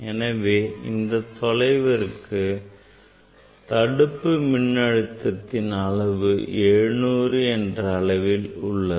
எனவே இந்த தொலைவிற்கு தடுப்பு மின்னழுத்தத்தின் அளவு 700 என்ற அளவில் உள்ளது